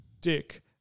Dick